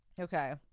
Okay